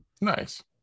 nice